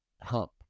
hump